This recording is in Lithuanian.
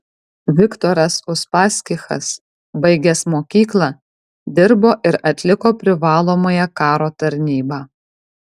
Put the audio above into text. viktoras uspaskichas baigęs mokyklą dirbo ir atliko privalomąją karo tarnybą